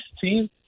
team